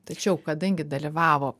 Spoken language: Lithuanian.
tačiau kadangi dalyvavo